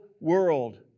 world